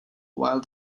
while